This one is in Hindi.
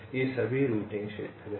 ये सभी रूटिंग क्षेत्र हैं